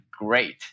great